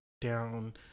down